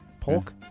pork